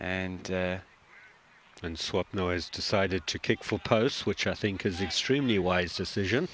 and and swap noise decided to kick for posts which i think is extremely wise decision